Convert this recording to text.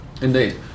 indeed